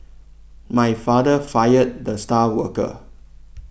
my father fired the star worker